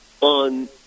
on